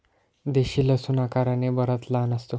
देशी लसूण आकाराने बराच लहान असतो